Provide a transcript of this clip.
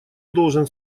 должен